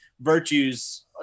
virtues